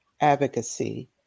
advocacy